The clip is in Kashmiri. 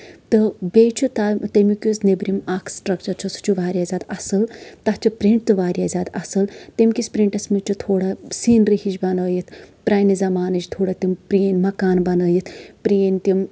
تہٕ بیٚیہِ چھُ تَمیُک یُس نیبرِم اکھ سٹرکچر چھُ سُہ چھُ واریاہ زیادٕ اَصٕل تَتھ چھُ پرِنٹ تہِ واریاہ زیادٕ اَصٕل تَمہِ کِس پرنٹس منٛز چھ تھوڑا سیٖنری ہِش بَنٲیِتھ پرانہِ زَمانٕچ تھوڑا تِم پرٲنۍ مکانہٕ بَنٲیِتھ پرٲنۍ تِم